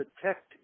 protect